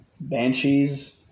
Banshees